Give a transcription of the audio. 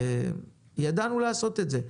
פעם ידענו לעשות את זה,